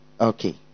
Okay